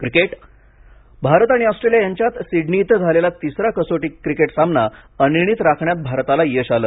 cricket Bharat आणि Australia यांच्यात Sydney इथं झालेला तिसरा कसोटी क्रिकेट सामना अनिर्णीत राखण्यात भारताला यश आलं